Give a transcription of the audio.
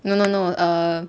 no no no err